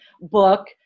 book